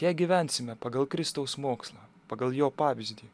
jei gyvensime pagal kristaus mokslą pagal jo pavyzdį